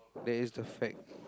that is the fact